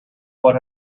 what